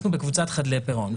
אנחנו בקבוצת חדלי פירעון,